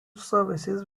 services